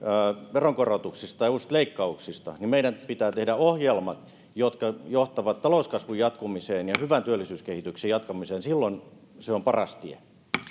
veronkorotuksista tai uusista leikkauksista meidän pitää tehdä ohjelmat jotka johtavat talouskasvun jatkumiseen ja hyvän työllisyyskehityksen jatkumiseen se on paras tie